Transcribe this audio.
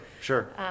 sure